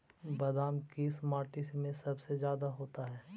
बादाम किस माटी में सबसे ज्यादा होता है?